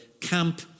camp